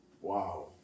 Wow